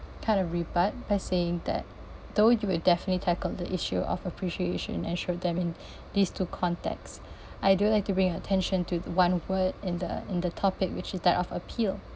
kind of rebut by saying that though you would definitely tackle the issue of appreciation and show them in these two contexts I do like to bring attention to one word in the in the topic which is that of appeal